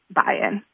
buy-in